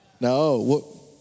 No